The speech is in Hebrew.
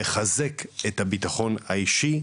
מחזק את הביטחון האישי,